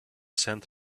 sand